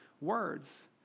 words